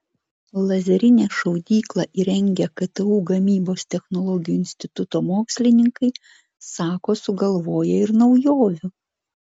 lazerinę šaudyklą įrengę ktu gynybos technologijų instituto mokslininkai sako sugalvoję ir naujovių